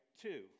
Two